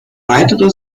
weitere